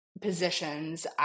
positions